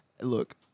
Look